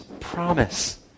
promise